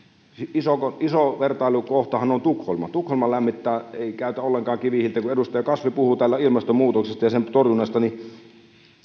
iso vertailukohtahan on tukholma tukholma ei käytä ollenkaan kivihiiltä kun edustaja kasvi puhui täällä ilmastonmuutoksesta ja sen torjunnasta niin